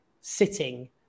sitting